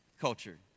culture